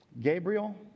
Gabriel